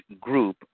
group